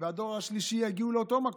והדור השלישי יגיע לאותו מקום.